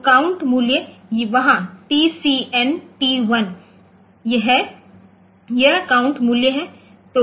तो काउंट मूल्य वहाँ TCNT 1 है यह काउंट मूल्य है